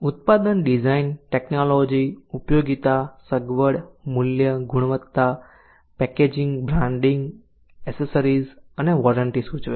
ઉત્પાદન design technology ઉપયોગિતા સગવડ મૂલ્ય ગુણવત્તા પેકેજિંગ બ્રાન્ડિંગ એસેસરીઝ અને વોરંટી સૂચવે છે